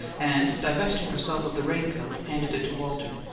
and, divesting herself of the raincoat, handed it to walter.